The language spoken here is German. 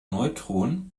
neutronen